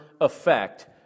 effect